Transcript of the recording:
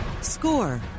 Score